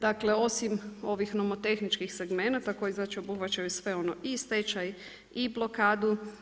Dakle, osim ovih nomotehničkih segmenata koji znači obuhvaćaju sve ono i stečaj i blokadu.